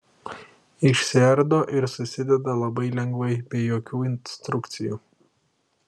išsiardo ir susideda labai lengvai be jokių instrukcijų